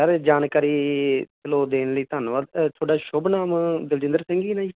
sir ਇਹ ਜਾਣਕਾਰੀ ਚਲੋ ਦੇਣ ਲਈ ਧੰਨਵਾਦ ਤੁਹਾਡਾ ਸ਼ੁਭ ਨਾਮ ਦਿਲਜਿੰਦਰ ਸਿੰਘ ਹੀ ਹੈ ਨਾ ਜੀ